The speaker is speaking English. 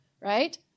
Right